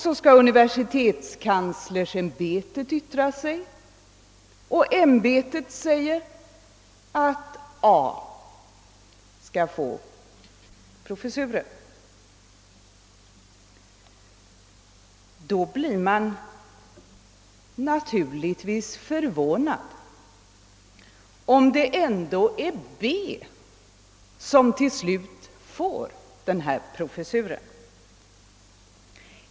Så skall universitetskanslersämbetet yttra sig, och ämbetet säger att A bör få professuren. Då blir man naturligtvis förvånad om det ändå är B som till slut får professuren.